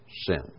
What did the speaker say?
sin